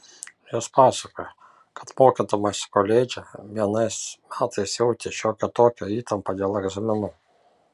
jis pasakojo kad mokydamasis koledže vienais metais jautė šiokią tokią įtampą dėl egzaminų